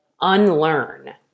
unlearn